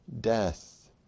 death